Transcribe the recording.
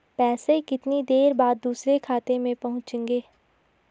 पैसे कितनी देर बाद दूसरे खाते में पहुंचेंगे?